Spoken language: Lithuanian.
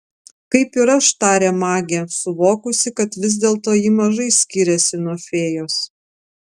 kaip ir aš tarė magė suvokusi kad vis dėlto ji mažai skiriasi nuo fėjos